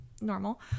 normal